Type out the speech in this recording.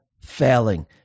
failing